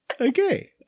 Okay